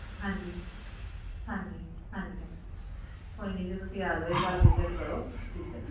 ਹਾਂਜੀ ਹਾਂਜੀ ਹਾਂਜੀ ਹਾਂਜੀ ਕੋਈ ਨਹੀਂ ਜੀ ਤੁਸੀਂ ਆਜੋ ਇੱਕ ਵਾਰ ਵਿਜਿਟ ਕਰੋ ਠੀਕ ਆ ਜੀ